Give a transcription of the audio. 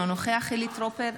אינו נוכח חילי טרופר,